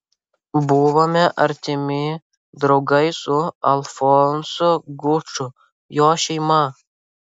buvome artimi draugai su alfonsu guču jo šeima